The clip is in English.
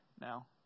Now